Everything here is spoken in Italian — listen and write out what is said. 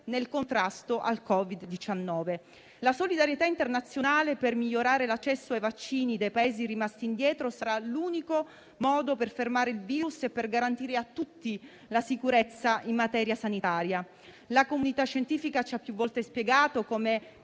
nel contrasto al Covid-19. La solidarietà internazionale per migliorare l'accesso ai vaccini dei Paesi rimasti indietro sarà l'unico modo per fermare il virus e garantire a tutti la sicurezza in materia sanitaria. La comunità scientifica ci ha più volte spiegato come